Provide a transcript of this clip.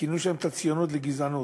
כינו שם את הציונות גזענות.